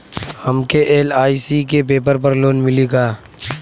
हमके एल.आई.सी के पेपर पर लोन मिली का?